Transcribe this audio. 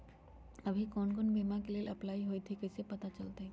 अभी कौन कौन बीमा के लेल अपलाइ होईत हई ई कईसे पता चलतई?